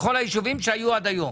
המצב בהצעה שעברה בזמנו כהוראת שעה יצרה